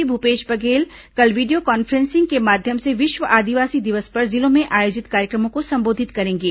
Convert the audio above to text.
मुख्यमंत्री भूपेश बघेल कल video conferencing के माध्यम से विश्व आदिवासी दिवस पर जिलों में आयोजित कार्यक्रमों को संबोधित करेंगे